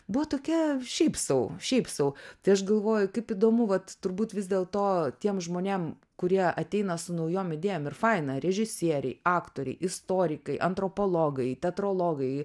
buvo tokia šiaip sau šiaip sau tai aš galvoju kaip įdomu vat turbūt vis dėlto tiems žmonėm kurie ateina su naujom idėjom ir faina režisieriai aktoriai istorikai antropologai teatrologai